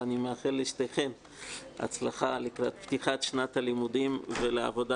ואני מאחל לשתיכן הצלחה לקראת פתיחת שנת הלימודים ולעבודה